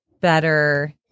better